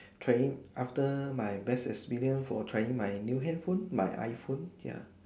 trying after my best experience for trying my new handphone my iPhone ya